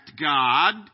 God